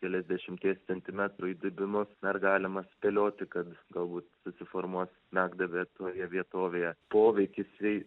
keliasdešimties centimetrų įdubimus ar galima spėlioti kad galbūt susiformuos smegduobė toje vietovėje poveikis jei